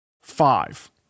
Five